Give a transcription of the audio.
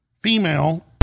female